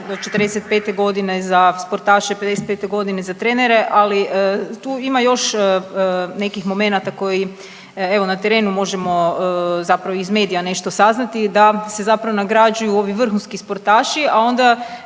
do 45. godine za sportaše, 55. godina za trenere, ali tu ima još nekih momenata koji evo na terenu možemo zapravo iz medija nešto saznati da se zapravo nagrađuju ovi vrhunski sportaši, a onda